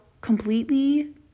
completely